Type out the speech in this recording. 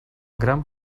gran